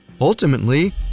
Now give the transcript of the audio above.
Ultimately